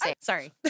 Sorry